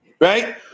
right